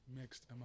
mixed